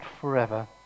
forever